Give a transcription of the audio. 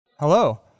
Hello